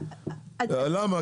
למה?